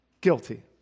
Guilty